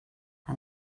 and